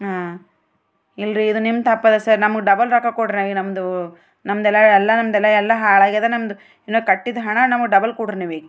ಹಾಂ ಇಲ್ರಿ ಇದು ನಿಮ್ಮ ತಪ್ಪಲ್ಲ ಸರ್ ನಮಗೆ ಡಬಲ್ ರೊಕ್ಕ ಕೊಡ್ರಿ ನಮ್ದು ನಮ್ದೆಲ್ಲ ಎಲ್ಲ ನಮ್ದೆಲ್ಲ ಎಲ್ಲ ಹಾಳಾಗ್ಯದ ನಮ್ದು ಇನ್ನೂ ಕಟ್ಟಿದ ಹಣ ನಮಗೆ ಡಬಲ್ ಕೊಡ್ರಿ ನೀವೀಗ